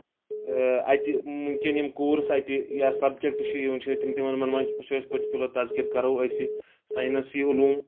اَتہِ وٕنکؠن یِم کورس اَتہِ یا سَبجَکٹہٕ چھِ یِوان چھِ تِم تِمَن منٛز چھِ أسۍ پٔٹِکیوٗلَر تصیٖر کرو أسۍ ساینس یہِ عٔلوٗم